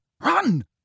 Run